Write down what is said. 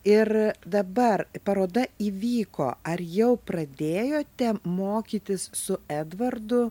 ir dabar paroda įvyko ar jau pradėjote mokytis su edvardu